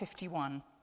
51